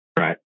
right